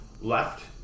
left